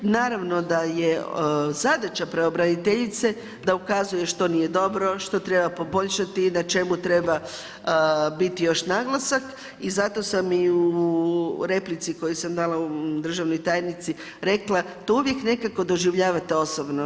Naravno da je zadaća pravobraniteljice da ukazuje što nije dobro, što treba poboljšati, na čemu treba biti još naglasak i zato sam i u replici koju sam dala državnoj tajnici rekla, to uvijek nekako doživljavate osobe.